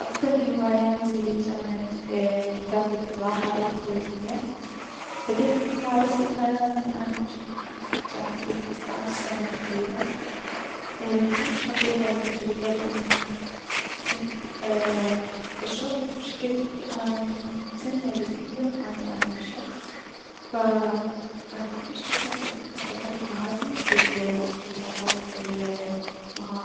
اقدم هواياتي جانت كتابة ملاحضاتي اليومية بديت بممارستها من اني جنت جان عمري خمستعش سنة تقريبا، ايي- كلش حبيت هاي التجربة و لأن جنت اشوف شكد اني ممتنة لكل يوم الي جنت اعيشه ف اي- اني كلش احب اني استمر بهذي الموهبة او المهارة.